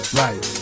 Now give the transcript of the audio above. right